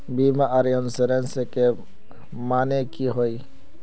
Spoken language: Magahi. बीमा आर इंश्योरेंस के माने की होय?